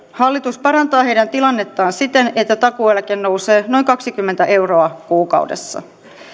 hallitus parantaa heidän tilannettaan siten että takuueläke nousee noin kaksikymmentä euroa kuukaudessa